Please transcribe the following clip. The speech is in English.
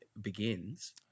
begins